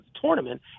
tournament